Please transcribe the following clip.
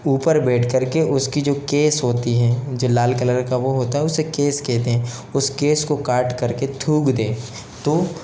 ऊपर बैठकर के उसकी जो केस होती हैं जो लाल कलर का वो होता है उसे केस कहते हैं उस केस को काट कर के थूक दें तो